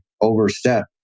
overstep